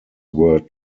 were